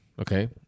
Okay